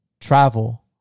Travel